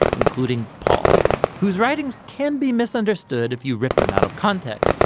including paul whose writings can be misunderstood if you rip them out of context.